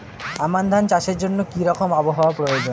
আমন ধান চাষের জন্য কি রকম আবহাওয়া প্রয়োজন?